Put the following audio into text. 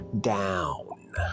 down